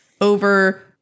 over